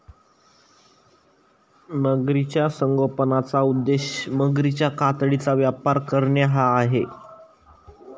मगरीच्या संगोपनाचा उद्देश मगरीच्या कातडीचा व्यापार करणे हा आहे